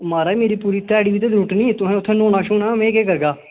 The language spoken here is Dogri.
माराज मेरी पूरी ध्याड़ी बी ते टुट्टनी तुहें उत्थै न्हौना शैहना में केह् करगा